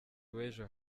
w’ejo